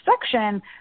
section